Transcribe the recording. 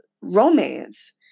romance